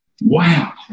Wow